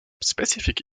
specific